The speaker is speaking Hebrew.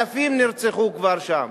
אלפים כבר נרצחו שם.